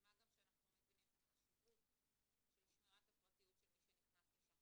מה גם שאנחנו מבינים את החשיבות של שמירת הפרטיות של מי שנכנס לשם,